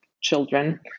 children